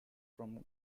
from